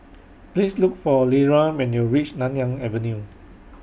Please Look For Lera when YOU REACH Nanyang Avenue